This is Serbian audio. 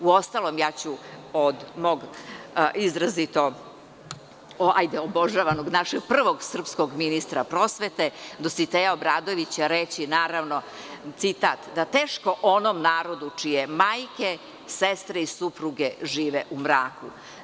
Uostalom, ja ću od mog izrazito, hajde obožavanog, našeg prvog srpskog ministra prosvete, Dositeja Obradovića, reći citat – teško onom narodu čije majke, sestre i supruge žive u mraku.